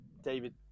David